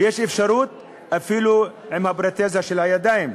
ויש אפשרות אפילו עם הפרוטזה של הידיים.